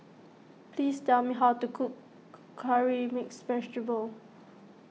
please tell me how to cook Curry Mixed Vegetable